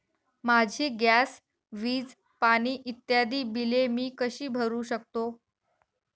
माझी गॅस, वीज, पाणी इत्यादि बिले मी कशी भरु शकतो?